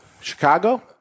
Chicago